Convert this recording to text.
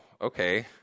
okay